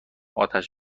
اتش